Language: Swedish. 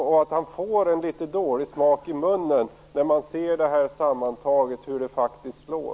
Och får han inte litet dålig smak i munnen när han ser till hur detta sammantaget faktiskt slår?